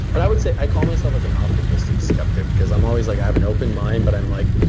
but i would say, i call myself like an optimistic skeptic, because i'm always like, i have an open mind, but i'm like,